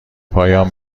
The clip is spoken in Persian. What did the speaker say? پایان